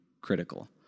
critical